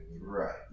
Right